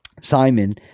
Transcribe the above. simon